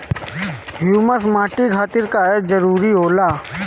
Humus माटी खातिर काहे जरूरी होला?